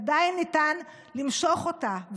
עדיין ניתן למשוך אותה.